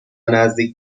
نزدیک